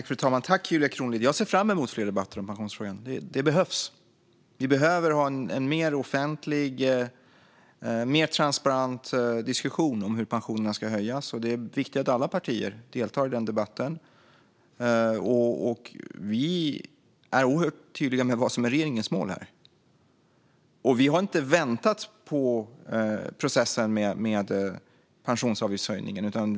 Fru talman! Tack, Julia Kronlid! Jag ser fram emot fler debatter om pensionsfrågan. Det behövs. Vi behöver ha en mer offentlig och mer transparent diskussion om hur pensionerna ska höjas. Det är viktigt att alla partier deltar i den debatten. Vi är oerhört tydliga med vad som är regeringens mål. Vi har inte väntat på processen med pensionsavgiftshöjningen.